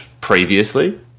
previously